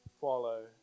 follow